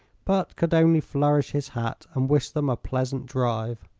but could only flourish his hat and wish them a pleasant drive.